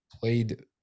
played